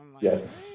Yes